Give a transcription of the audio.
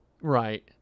Right